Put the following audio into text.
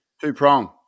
Two-prong